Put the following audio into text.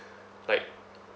like